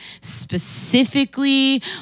specifically